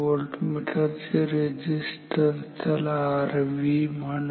voltmeter चे resistance त्याला Rv म्हणा